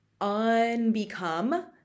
unbecome